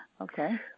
Okay